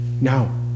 Now